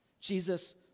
Jesus